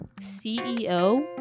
CEO